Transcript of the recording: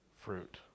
fruit